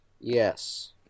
Yes